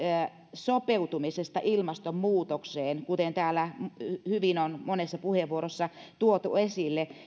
sopeutumisesta ilmastonmuutokseen kuten täällä hyvin on monessa puheenvuorossa tuotu esille